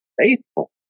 Faithful